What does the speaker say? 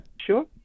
Sure